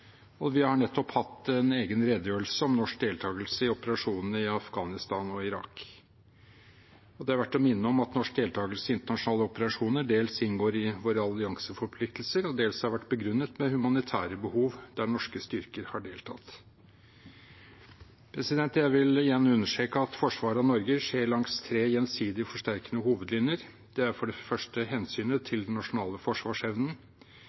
og vi har nettopp hatt en egen redegjørelse om norsk deltakelse i operasjonene i Afghanistan og Irak. Det er verdt å minne om at norsk deltakelse i internasjonale operasjoner dels inngår i våre allianseforpliktelser og dels har vært begrunnet med humanitære behov der norske styrker har deltatt. Jeg vil igjen understreke at forsvaret av Norge skjer langs tre gjensidig forsterkende hovedlinjer. Det er for det første hensynet til den nasjonale forsvarsevnen,